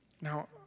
Now